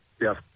Yes